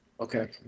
Okay